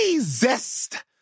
zest